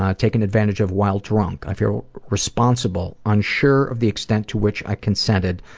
ah taken advantage of while drunk. i feel responsible, unsure of the extent to which i consented,